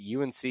UNC